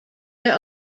there